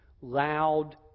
loud